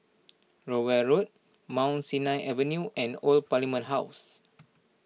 Rowell Road Mount Sinai Avenue and Old Parliament House